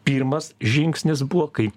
pirmas žingsnis buvo kai